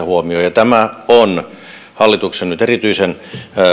huomiota tämä on nyt hallituksen erityisen